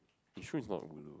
Yishun is not ulu